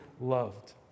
loved